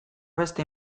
beste